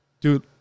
Dude